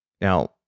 Now